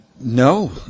No